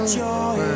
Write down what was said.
joy